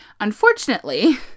Unfortunately